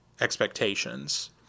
expectations